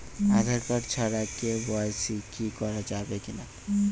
Aadhaar card ছাড়া KYC করা যাবে কি না?